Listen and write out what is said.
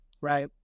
right